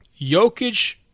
Jokic